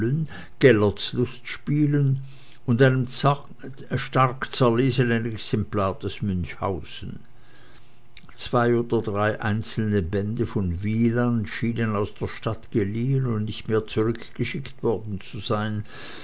lustspielen und einem stark zerlesenen exemplar des münchhausen zwei oder drei einzelne bände von wieland schienen aus der stadt geblieben und nicht mehr zurückgeschickt worden zu sein